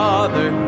Father